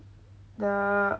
the